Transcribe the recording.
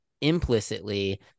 implicitly